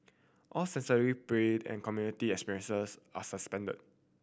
all sensory and community experiences are suspended